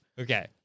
Okay